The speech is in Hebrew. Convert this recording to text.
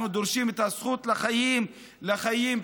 אנחנו דורשים את הזכות לחיים בטוחים.